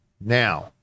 now